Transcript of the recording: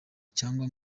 cyangwa